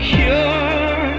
cure